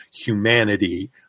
humanity